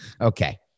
Okay